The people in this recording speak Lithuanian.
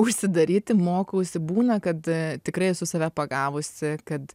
užsidaryti mokausi būna kad tikrai esu save pagavusi kad